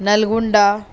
Nalgonda